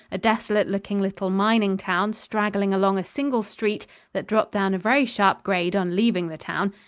a desolate-looking little mining town straggling along a single street that dropped down a very sharp grade on leaving the town.